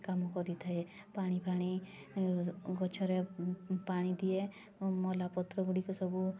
କାମ କରିଥାଏ ପାଣି ଫାଣି ଗଛରେ ପାଣି ଦିଏ ମଲା ପତ୍ରଗୁଡ଼ିକୁ ସବୁ